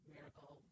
Miracle